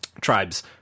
tribes